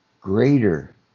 greater